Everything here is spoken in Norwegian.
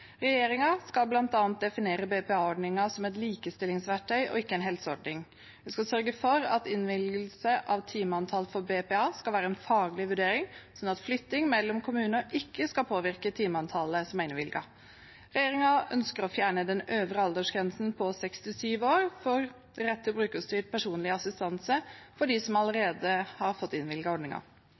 skal følges bedre opp i kommunene. Regjeringen vil bl.a. definere BPA-ordningen som et likestillingsverktøy og ikke en helseordning. Det skal sørge for at innvilgelse av timeantall for BPA skal være en faglig vurdering, slik at flytting mellom kommuner ikke skal påvirke timeantallet som er innvilget. Regjeringen ønsker å fjerne den øvre aldersgrensen på 67 år for rett til brukerstyrt personlig assistanse for dem som allerede har fått